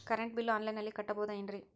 Current bill ಆನ್ಲೈನಿನಲ್ಲಿ ಕಟ್ಟಬಹುದು ಏನ್ರಿ?